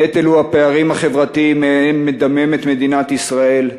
הנטל הוא הפערים החברתיים שמהם מדממת מדינת ישראל.